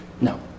no